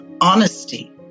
honesty